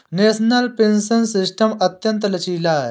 national pension system अत्यंत लचीला है